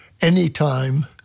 anytime